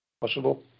Possible